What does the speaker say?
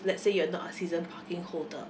let's say you're not a season parking holder